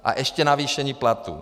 A ještě navýšení platů.